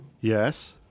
Yes